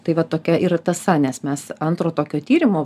tai va tokia ir tąsa nes mes antro tokio tyrimo